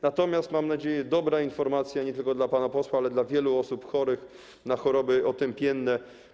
Natomiast, mam nadzieję, dobra informacja nie tylko dla pana posła, ale dla wielu osób chorych na choroby otępienne.